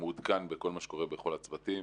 מעודכן בכל מה שקורה בכל הצוותים.